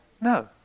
no